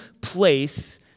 place